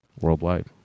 worldwide